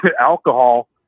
Alcohol